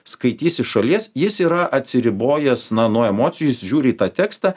skaitys iš šalies jis yra atsiribojęs na nuo emocijų jis žiūri į tą tekstą